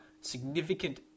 significant